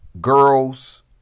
girls